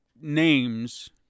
names